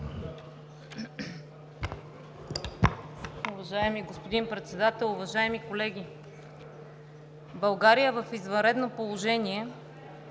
Уважаеми господин Председател, уважаеми колеги! България е в извънредно положение.